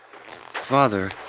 Father